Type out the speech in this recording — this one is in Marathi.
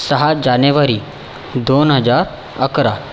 सहा जानेवारी दोन हजार अकरा